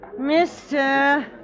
Mr